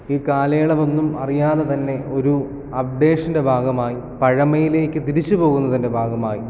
ഈ കാലയളവൊന്നും അറിയാതെ തന്നെ ഒരു അപ്ഡേഷൻ്റെ ഭാഗമായി പഴമയിലേക്ക് തിരിച്ചു പോകുന്നതിൻ്റെ ഭാഗമായി